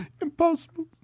impossible